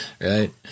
Right